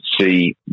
see